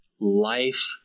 Life